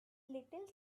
little